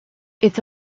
its